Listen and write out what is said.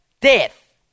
death